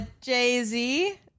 Jay-Z